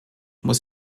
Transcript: muss